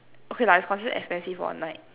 okay lah it's considered expensive for one night